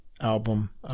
album